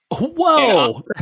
Whoa